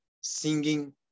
singing